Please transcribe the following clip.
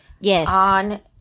Yes